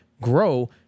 grow